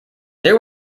there